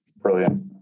Brilliant